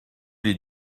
les